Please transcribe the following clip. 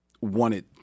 wanted